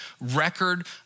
record